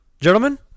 gentlemen